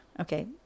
okay